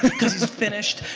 cause he's finished.